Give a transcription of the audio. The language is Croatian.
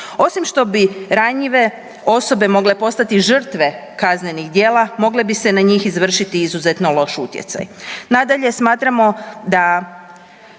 Osim što bi ranjive osobe mogle postati žrtve kaznenih djela, mogle bi se na njih izvršiti izuzetno loš utjecaj. Nadalje, smatramo da